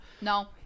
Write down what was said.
No